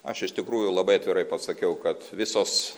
aš iš tikrųjų labai atvirai pasakiau kad visos